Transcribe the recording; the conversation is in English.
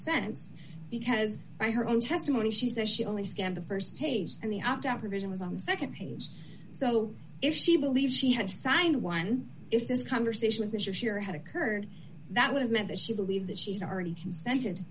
sense because by her own testimony she says she only scanned the st page and the opt out provision was on the nd page so if she believed she had signed one if this conversation with mr sharon had occurred that would have meant that she believed that she had already consented